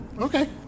Okay